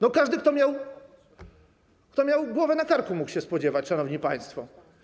No, każdy, kto miał głowę na karku, mógł się spodziewać, szanowni państwo.